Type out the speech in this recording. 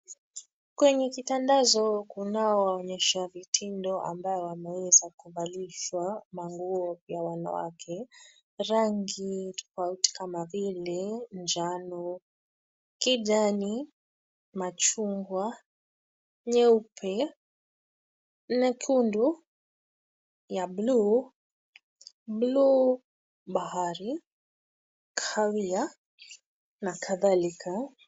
Kwenye kitandazo kunao waonyesha vitindo ambao wameweza kuvalishwa manguo ya wanawake, rangi tofauti kama vile njano, kijani, machungwa, nyeupe, nyekundu, ya bluu, bluu bahari, kahawia, na kadhalika.